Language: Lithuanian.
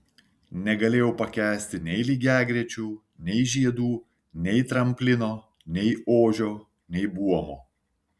negalėjau pakęsti nei lygiagrečių nei žiedų nei tramplino nei ožio nei buomo